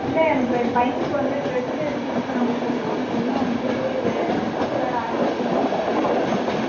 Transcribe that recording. இல்லை எம் என் பையனுக்கு வந்து ட்ரெஸ் ஸ்டிச் பண்ண கொடுத்திருந்தோம் நீங்கள் இன்னும் கொடுக்கவே இல்லை ஸ்கூல் வேறு ஆரம்பிக்க போகிறாங்க எப்போ கொடுக்க போகிறீங்க